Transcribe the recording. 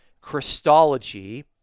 Christology